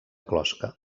closca